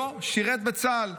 לא שירת בצה"ל.